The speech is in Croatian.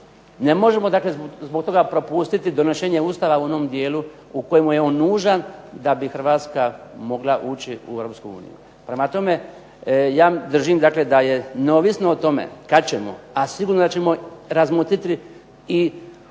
ne možemo dakle zbog toga propustiti donošenje Ustava u onom dijelu u kojem je on nužan da bi Hrvatska mogla ući u Europsku uniju. Prema tome, ja držim dakle da je neovisno o tome kad ćemo, a sigurno da ćemo razmotriti i